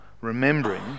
remembering